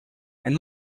and